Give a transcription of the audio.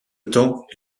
temps